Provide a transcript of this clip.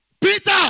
Peter